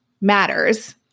matters